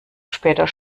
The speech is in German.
später